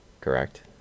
correct